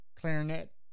clarinet